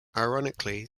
ironically